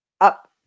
up